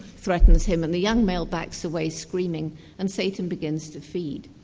threatens him, and the young male backs away screaming and satan begins to feed.